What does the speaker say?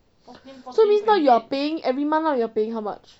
so means now you are paying every month you are paying how much